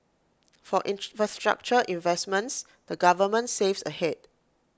for investments the government saves ahead